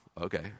Okay